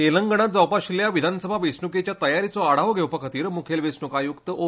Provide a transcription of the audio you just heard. तेलंगणात जावपा आशिल्या विधानसभा वेचणुकेच्या तयारीचो आढावो घेवपाखातीर मुखेल वेचणुक आयुक्त ओ